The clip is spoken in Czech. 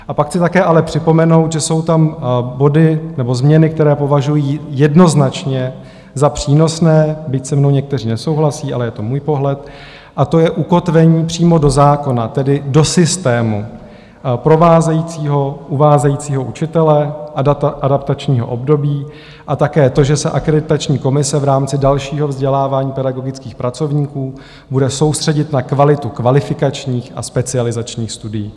A pak chci také ale připomenout, že jsou tam body nebo změny, které považuji jednoznačně za přínosné, byť se mnou někteří nesouhlasí, ale je to můj pohled, a to je ukotvení přímo do zákona, tedy do systému provázejícího, uvádějícího učitele adaptačního období, a také to, že se akreditační komise v rámci dalšího vzdělávání pedagogických pracovníků bude soustředit na kvalitu kvalifikačních a specializačních studií.